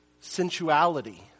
sensuality